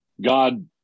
God